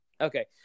okay